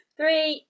Three